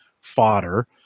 fodder